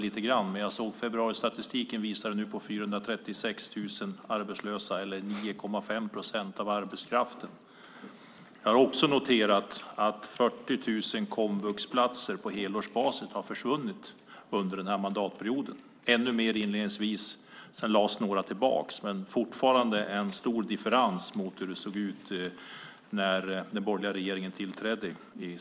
Jag har sett att februaristatistiken visar på 436 000 arbetslösa, 9,5 procent av arbetskraften. Jag har också noterat att 40 000 komvuxplatser på helårsbasis har försvunnit under den här mandatperioden - ännu fler inledningsvis, men sedan lades några platser tillbaka. Fortfarande är det dock en stor differens jämfört med hur det såg ut i september 2006 när den borgerliga regeringen tillträdde.